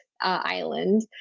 island